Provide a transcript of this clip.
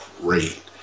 great